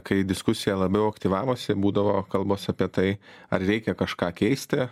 kai diskusija labiau aktyvavosi būdavo kalbos apie tai ar reikia kažką keisti